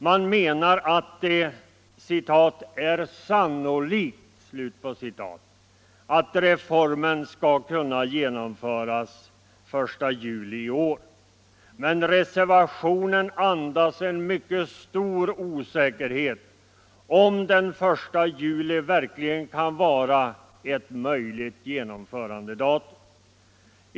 De menar att det ”är sannolikt” att reformen skall kunna genomföras den 1 juli i år. Men reservationen andas en mycket stor osäkerhet om huruvida den 1 juli verkligen kan vara ett möjligt genomförandedatum.